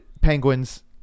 penguins